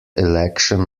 election